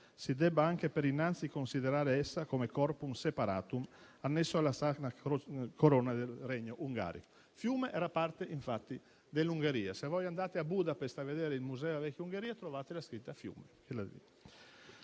si debba anche per innanzi considerare *corpus separatum* annesso alla sacra corona del regno ungarico». Fiume era parte infatti dell'Ungheria. Se voi andate a Budapest a vedere il Museo nazione ungherese, trovate la scritta Fiume.